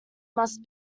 must